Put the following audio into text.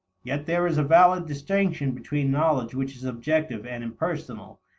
yet there is a valid distinction between knowledge which is objective and impersonal,